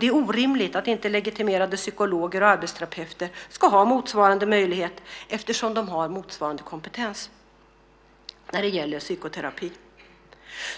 Det är orimligt att inte legitimerade psykologer och arbetsterapeuter ska ha motsvarande möjlighet eftersom de har motsvarande kompetens när det gäller psykoterapi.